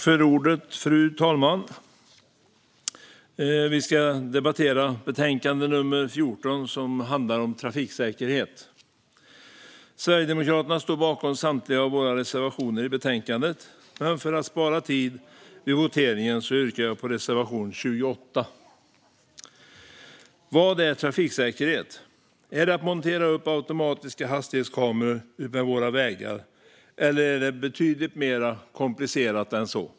Fru talman! Vi ska debattera betänkande 2019/20:TU14, som handlar om trafiksäkerhet. Sverigedemokraterna står bakom samtliga av våra reservationer i betänkandet, men för att spara tid vid votering yrkar jag bifall endast till reservation 28. Vad är trafiksäkerhet? Är det att montera upp automatiska hastighetskameror utmed våra vägar, eller är det betydligt mer komplicerat än så?